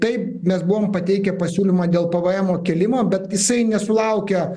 ir taip mes buvom pateikę pasiūlymą dėl pvemo kilimo bet jisai nesulaukė